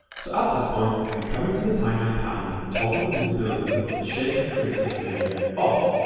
so at this point, i can come into the timeline panel and toggle the visibility of the shape i created earlier off.